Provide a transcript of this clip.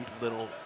little